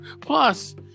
Plus